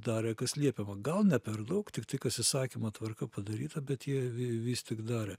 darė kas liepiama gal ne per daug tiktai kas įsakymo tvarka padaryta bet jie vis tik darė